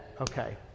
Okay